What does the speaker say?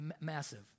massive